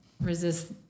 resist